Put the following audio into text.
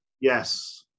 Yes